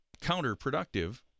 counterproductive